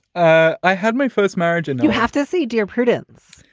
ah i had my first marriage and you have to see dear prudence.